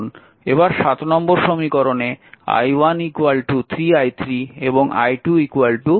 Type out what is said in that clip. এবার নম্বর সমীকরণে i1 3 i3 এবং i2 2 i3 বসাতে হবে